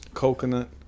coconut